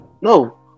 No